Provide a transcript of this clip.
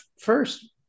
first